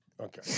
Okay